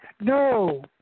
No